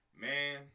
Man